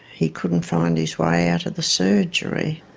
he couldn't find his way out of the surgery.